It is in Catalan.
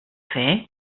fer